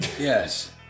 Yes